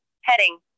Heading